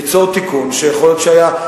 ליצור תיקון שיכול להיות שהיה,